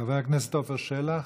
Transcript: חבר הכנסת עפר שלח.